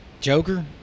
Joker